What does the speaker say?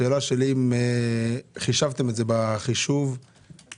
השאלה שלי אם חישבתם את זה מבחינה תקציבית.